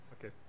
okay